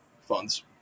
funds